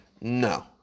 no